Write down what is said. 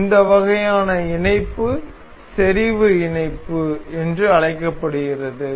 எனவே இந்த வகையான இனணைப்பு செறிவு இணைப்பு என்று அழைக்கப்படுகிறது